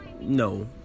No